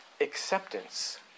acceptance